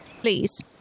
Please